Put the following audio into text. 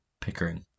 Pickering